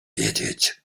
wiedzieć